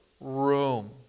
room